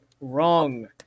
wrong